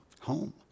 home